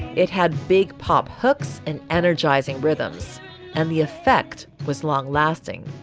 it had big pop hooks and energising rhythms and the effect was long lasting.